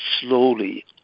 slowly